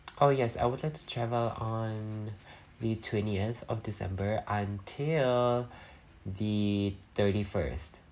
oh yes I would like to travel on the twentieth of december until the thirty first